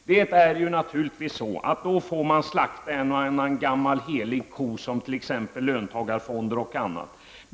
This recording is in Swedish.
Man får då naturligtvis slakta en och annan gammal helig ko, som t.ex. löntagarfonder.